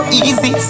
easy